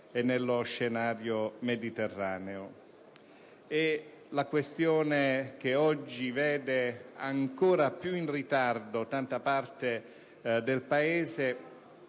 nello scenario europeo e mediterraneo. La questione, che oggi vede ancora più in ritardo tanta parte del Paese,